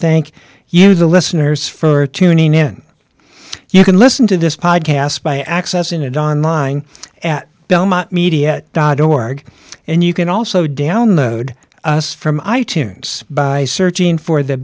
thank you the listeners for tuning in you can listen to this podcast by accessing it on line at belmont media dot org and you can also download us from i tunes by searching for the